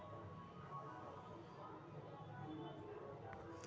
बेशी निवेश ढेरेक ओतहि होइ छइ जे आंशिक रूप से उपभोग आऽ निवेश संपत्ति होइ छइ